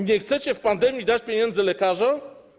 Nie chcecie w pandemii dać pieniędzy lekarzom?